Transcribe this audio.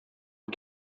mit